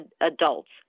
adults